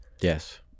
Yes